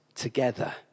together